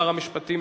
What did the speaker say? שר המשפטים,